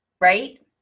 right